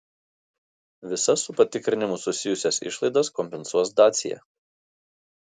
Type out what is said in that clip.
visas su patikrinimu susijusias išlaidas kompensuos dacia